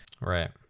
right